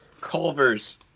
Culvers